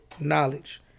knowledge